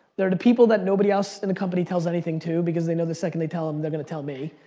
they're the people that nobody else in the company tells anything to because they know that the second they tell them they're gonna tell me,